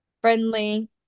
Friendly